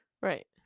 Right